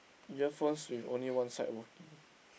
earphones with only one side working